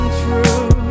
true